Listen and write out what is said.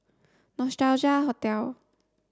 Nostalgia Hotel